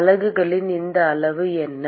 அலகுகளிலிருந்து இந்த அளவு என்ன